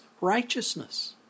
righteousness